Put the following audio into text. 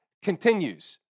continues